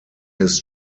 his